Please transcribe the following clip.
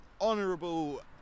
honourable